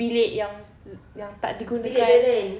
bilik yang yang tak digunakan